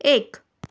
एक